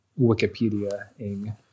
Wikipedia-ing